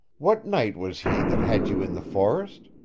what knight was he that had you in the forest?